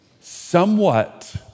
somewhat